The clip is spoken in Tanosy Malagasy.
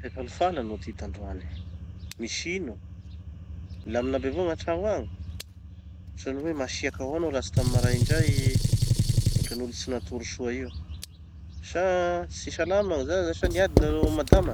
Tsy de falifaly hanao ty tandroany. Misy ino? Milamina aby avao gn'antrano agny? Hotrany hoe masiaky avao hanao lastamy maraindray. Hotrany olo tsy natory soa io. Sa tsy salama gny zaza sa niady nareo amy madama?